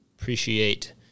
appreciate